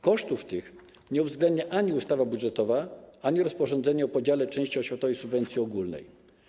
Kosztów tych nie uwzględnia ani ustawa budżetowa, ani rozporządzenie o podziale części oświatowej subwencji ogólnej.